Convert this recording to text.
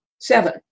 Seven